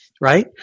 Right